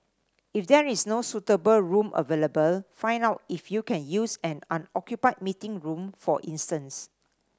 if there is no suitable room available find out if you can use an unoccupied meeting room for instance